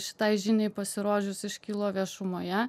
šitai žiniai pasirodžius iškilo viešumoje